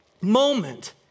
moment